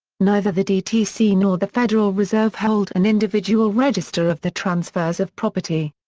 neither the dtc nor the federal reserve hold an individual register of the transfers of property.